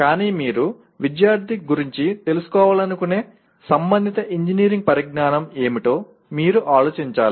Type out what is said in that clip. కానీ మీరు విద్యార్థి గురించి తెలుసుకోవాలనుకునే సంబంధిత ఇంజనీరింగ్ పరిజ్ఞానం ఏమిటో మీరు ఆలోచించాలి